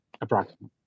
Approximately